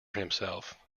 himself